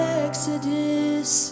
exodus